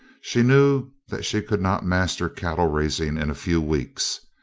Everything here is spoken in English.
she knew that she could not master cattle-raising in a few weeks.